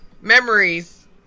memories